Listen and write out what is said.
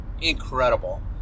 Incredible